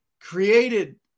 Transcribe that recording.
created